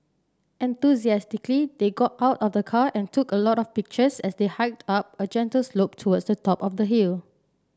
enthusiastically they got out of the car and took a lot of pictures as they hiked up a gentle slope towards the top of the hill